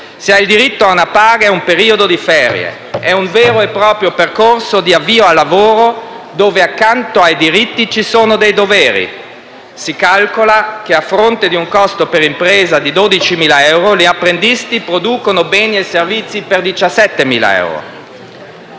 si ha il diritto a una paga e ad un periodo di ferie. È un vero e proprio percorso di avvio al lavoro dove, accanto ai diritti, ci sono dei doveri; si calcola che, a fronte di un costo per impresa di 12.000 euro, gli apprendisti producono beni e servizi per 17.000 euro.